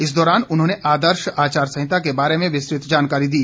इस दौरान उन्होंने आदर्श आचार संहिता के बारे में विस्तृत जानकारी दी